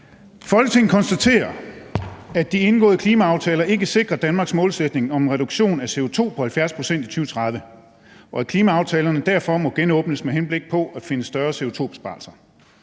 »Folketinget konstaterer, at de indgåede klimaaftaler ikke sikrer Danmarks målsætning om en reduktion af CO2-e på 70% i 2030, og at klimaaftalerne derfor må genåbnes med henblik på at finde større CO2-e-besparelser.